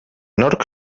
nork